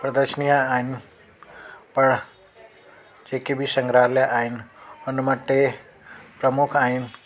प्रदर्शनीय आहिनि पर जेके बि संग्रहालय आहिनि उनमां टे प्रमुख आहिनि